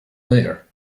there